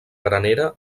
granera